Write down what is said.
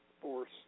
force